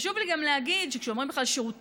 גם חשוב לי להגיד שכשאומרים בכלל "שירותי